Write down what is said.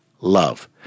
love